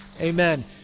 amen